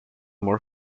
more